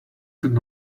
could